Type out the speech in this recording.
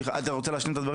אתה רוצה להשלים את הדברים?